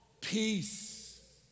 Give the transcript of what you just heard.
peace